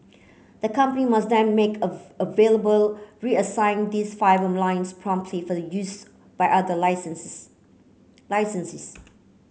the company must then make available reassign these fibre lines promptly for the use by other licensees